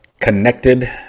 connected